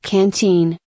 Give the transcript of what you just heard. Canteen